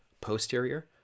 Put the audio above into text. posterior